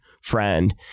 friend